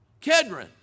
Kedron